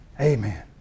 Amen